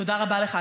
תודה רבה לך,